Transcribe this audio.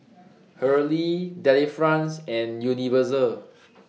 Hurley Delifrance and Universal